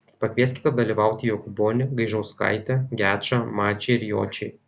pakvieskite dalyvauti jokūbonį gaižauskaitę gečą mačį ir jočį